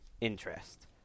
interest